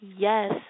Yes